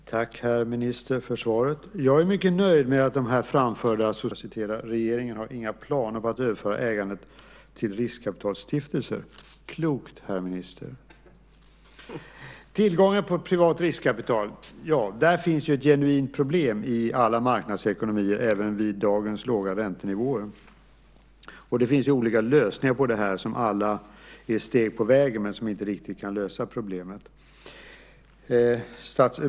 Godmorgon, herr talman! Tack, herr minister, för svaret. Jag är mycket nöjd med att de här framförda socialdemokratiska förslagen om att överföra ägandet av statliga bolag till riskkapitalstiftelser avvisas av ministern. Regeringen har inga planer på att överföra ägandet till riskkapitalstiftelser. Klokt, herr minister! Det finns ett genuint problem med tillgången på privat riskkapital i alla marknadsekonomier även vid dagens låga räntenivåer. Det finns olika lösningar på det som alla är ett steg på vägen men som inte riktigt kan lösa problemet.